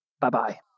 Bye-bye